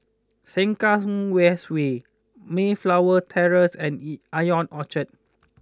Sengkang West Way Mayflower Terrace and Yee Ion Orchard